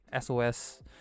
SOS